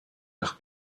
nach